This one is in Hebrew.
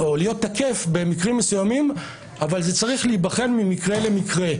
או להיות תקף במקרים מסוימים אבל זה צריך להיבחן ממקרה למקרה.